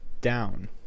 down